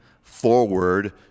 forward